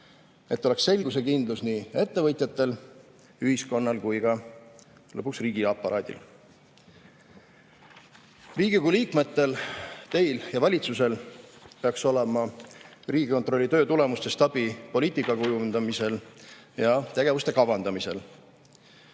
et oleks selgus ja kindlus nii ettevõtjatel, ühiskonnal kui ka riigiaparaadil? Riigikogu liikmetel ja valitsusel peaks olema Riigikontrolli töö tulemustest abi poliitika kujundamisel ja tegevuste kavandamisel.